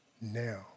now